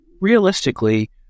realistically